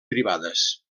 privades